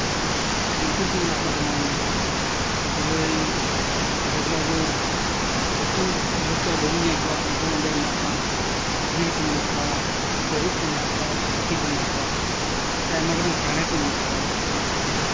ᱡᱚᱱᱛᱩᱨ ᱠᱚ ᱢᱮᱱᱟᱜ ᱠᱚᱣᱟ ᱡᱮᱢᱚᱱ ᱠᱩᱞᱟᱹᱭ ᱡᱮᱜᱩᱞᱟ ᱟᱵᱚ ᱟᱹᱛᱩᱼᱰᱤᱦᱟᱹᱛ ᱠᱚᱨᱮ ᱵᱟᱵᱚᱱ ᱧᱮᱞ ᱠᱚᱣᱟ ᱩᱱᱠᱩ ᱚᱸᱰᱮ ᱢᱮᱱᱟᱜ ᱠᱚᱣᱟ ᱡᱤᱞ ᱠᱚ ᱢᱮᱱᱟᱜ ᱠᱚᱣᱟ ᱛᱟᱹᱨᱩᱵᱽ ᱠᱚ ᱢᱮᱱᱟᱜ ᱠᱚᱣᱟ ᱦᱟᱹᱛᱤ ᱠᱚ ᱢᱮᱱᱟᱜ ᱠᱚᱣᱟ ᱥᱮ ᱟᱭᱢᱟ ᱜᱚᱴᱟᱱ ᱪᱮᱬᱮ ᱠᱚ ᱢᱮᱱᱟᱜ ᱠᱚᱣᱟ